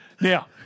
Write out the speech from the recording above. Now